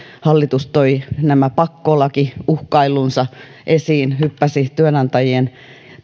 hallitus toi nämä pakkolakiuhkailunsa esiin hyppäsi työnantajien